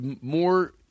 more